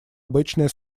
обычная